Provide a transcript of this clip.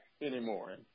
anymore